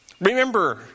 Remember